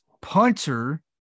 punter